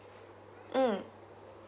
mm